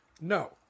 No